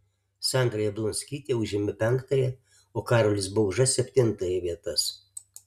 sandra jablonskytė užėmė penktąją o karolis bauža septintąją vietas